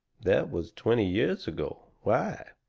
that was twenty years ago. why?